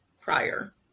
prior